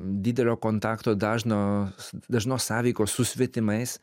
didelio kontakto dažno dažnos sąveikos su svetimais